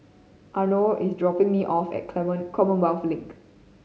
Arno is dropping me off at Commonwealth Link